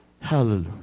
Hallelujah